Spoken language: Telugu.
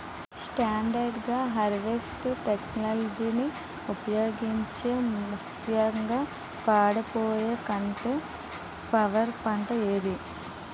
స్టాండర్డ్ హార్వెస్ట్ టెక్నాలజీని ఉపయోగించే ముక్యంగా పాడైపోయే కట్ ఫ్లవర్ పంట ఏది?